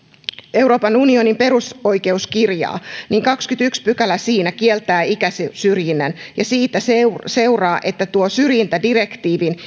euroopan unionin perusoikeuskirjaa niin kahdeskymmenesensimmäinen pykälä siinä kieltää ikäsyrjinnän ja siitä seuraa seuraa että tuo syrjintädirektiivin